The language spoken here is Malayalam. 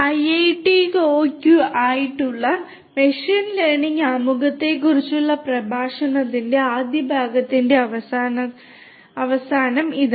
ഐഐഒടിക്കായുള്ള മെഷീൻ ലേണിംഗ് ആമുഖത്തെക്കുറിച്ചുള്ള പ്രഭാഷണത്തിന്റെ ആദ്യ ഭാഗത്തിന്റെ അവസാനത്തോടെ ഇത് അവസാനിക്കുന്നു